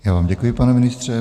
Já vám děkuji, pane ministře.